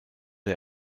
der